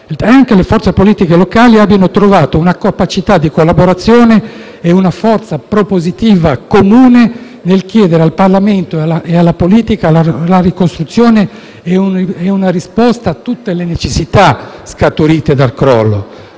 anche le forze politiche locali abbiano trovato una capacità di collaborazione e una forza propositiva comune nel chiedere al Parlamento e alla politica la ricostruzione e una risposta a tutte le necessità scaturite dal crollo.